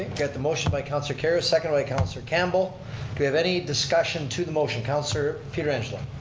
got the motion by councilor kerrio. second by councilor campbell. do we have any discussion to the motion? councilor pietrangelo.